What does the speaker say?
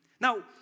Now